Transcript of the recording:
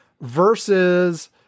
versus